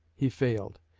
he failed.